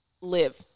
live